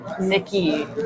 Nikki